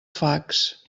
fax